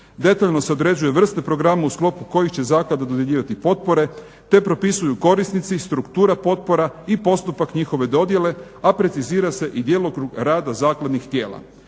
Detaljno se određuju vrste programa u sklopu kojih će zaklada dodjeljivati potpore, te propisuju korisnici struktura potpora i postupak njihove dodjele, a precizira se i djelokrug rada zakladnih tijela.